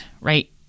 right